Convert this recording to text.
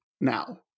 now